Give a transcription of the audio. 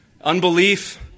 Unbelief